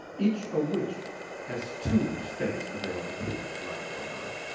each of which has two states available to it, light or dark,